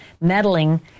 meddling